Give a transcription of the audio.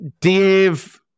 Dave